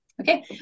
Okay